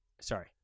Sorry